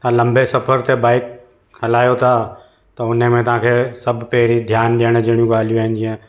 तव्हां लंबे सफ़र में बाइक हलायो था त हुन में तव्हांखे सभु पहिरीं ध्यानु ॾियण जहिड़ियूं ॻाल्हियूं आहिनि जीअं